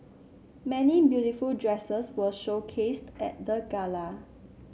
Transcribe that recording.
many beautiful dresses were showcased at the gala